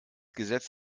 gesetz